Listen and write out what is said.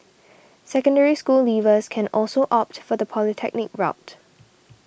Secondary School leavers can also opt for the polytechnic route